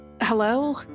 Hello